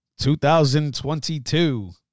2022